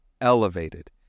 elevated